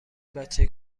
بچه